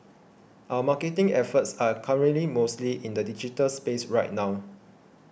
our marketing efforts are currently mostly in the digital space right now